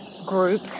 group